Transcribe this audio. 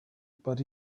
but